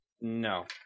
No